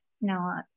no